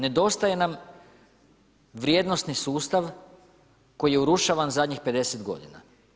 Nedostaje nam vrijednosni sustav koji je urušavan zadnjih 50 godina.